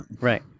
right